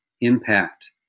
impact